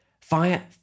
Fire